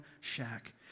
shack